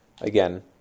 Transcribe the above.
Again